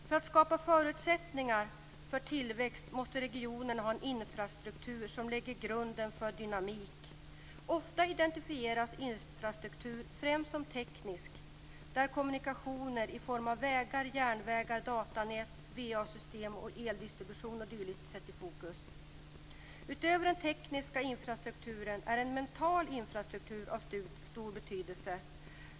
För att skapa förutsättningar för tillväxt måste regionen ha en infrastruktur som lägger grunden för dynamik. Ofta identifieras infrastruktur främst som teknisk sådan, där kommunikationer i form av vägar, järnvägar, datanät, VA-system, eldistribution o.d. sätts i fokus. Utöver den tekniska infrastrukturen är en mental infrastruktur av stor betydelse.